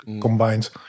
combined